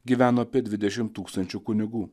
gyveno apie dvidešim tūkstančių kunigų